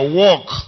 work